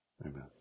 amen